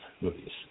movies